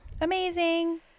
Amazing